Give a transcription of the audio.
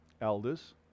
elders